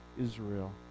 Israel